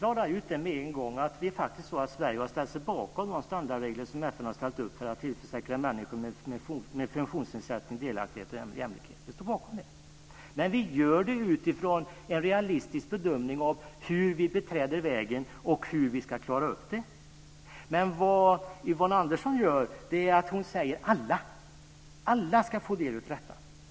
Fru talman! Jag vill klara ut med en gång att Sverige har ställt sig bakom de standardregler som FN har ställt upp för att tillförsäkra människor med funktionsnedsättning delaktighet och jämlikhet. Vi står bakom det. Men vi gör det utifrån en realistisk bedömning av hur vi beträder vägen och hur vi ska klara upp det. Vad Yvonne Andersson gör är att säga att alla ska få del av detta.